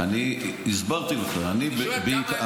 אני הסברתי לך --- אני שואל,